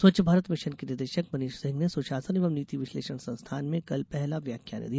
स्वच्छ भारत मिशन के निदेषक मनीष सिंह ने सुशासन एवं नीति विश्लेषण संस्थान में कल पहला व्याख्यान दिया